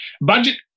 Budget